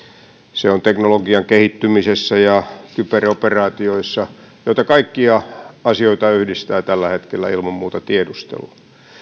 se on teknologian kehittymisessä ja kyberoperaatioissa joita kaikkia asioita yhdistää tällä hetkellä ilman muuta tiedustelu